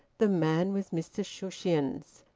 the man was mr shushions.